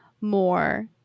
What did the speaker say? more